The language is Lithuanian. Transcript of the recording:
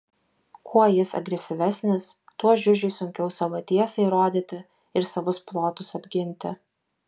kuo jis agresyvesnis tuo žiužiui sunkiau savo tiesą įrodyti ir savus plotus apginti